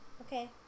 okay